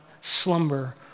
slumber